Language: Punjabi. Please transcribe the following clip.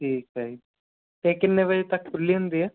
ਠੀਕ ਹੈ ਜੀ ਅਤੇ ਕਿੰਨੇ ਵਜੇ ਤੱਕ ਖੁੱਲ੍ਹੀ ਹੁੰਦੀ ਆ